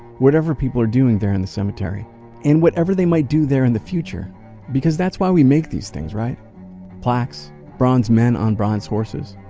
whatever people are doing there in the cemetery and whatever they might do there in the future because that's why we make these things, right plaques, bronze men on bronze horses.